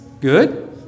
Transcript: good